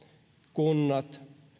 kunnat